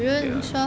ya